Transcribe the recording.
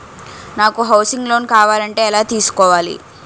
నాకు housing loan కావాలంటే ఎలా తీసుకోవాలి?